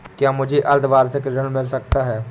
क्या मुझे अर्धवार्षिक ऋण मिल सकता है?